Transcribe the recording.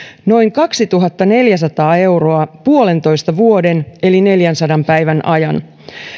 noin kaksituhattaneljäsataa euroa puolentoista vuoden eli neljänsadan päivän ajan